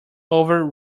over